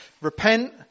repent